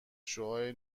شعاع